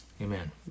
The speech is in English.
Amen